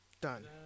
Done